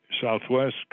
Southwest